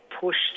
pushed